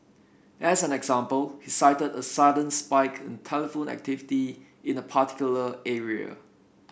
as an example he cited a sudden spike in telephone activity in a particular area